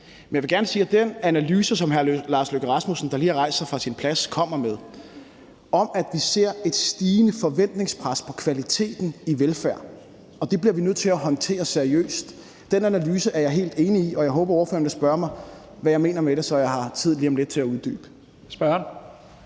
Men jeg vil gerne sige, at den analyse, som udenrigsministeren, der lige har rejst sig fra sin plads i salen, kommer med, af, at vi ser et stigende forventningspres på kvaliteten i velfærd, og at det bliver vi nødt til at håndtere seriøst, er jeg helt enig i – og jeg håber, ordføreren vil spørge mig om, hvad jeg mener med det, så jeg lige om lidt har tid til at uddybe